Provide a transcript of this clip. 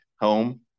home